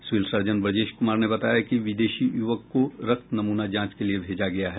civil surgeon Brajesh Kumar ने बताया कि विदेशी युवक को रक्त नमूना जांच के लिये भेजा गया है